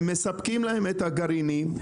מספקים להם את הגרעינים,